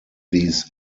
these